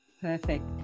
perfect